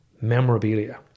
Memorabilia